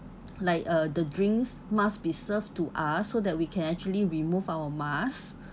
like uh the drinks must be served to us so that we can actually remove our mask